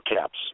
caps